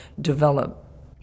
develop